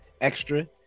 extra